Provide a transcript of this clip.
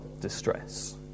distress